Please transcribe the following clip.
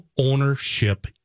ownership